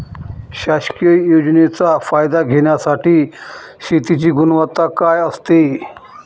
शासकीय योजनेचा फायदा घेण्यासाठी शेतीची गुणवत्ता काय असते?